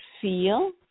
feel